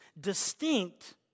distinct